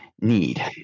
need